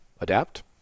adapt